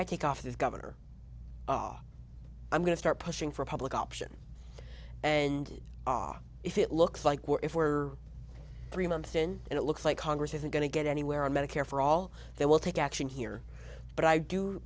i take off this governor i'm going to start pushing for a public option and are if it looks like we're if we're three months in and it looks like congress isn't going to get anywhere on medicare for all they will take action here but i do